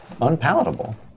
unpalatable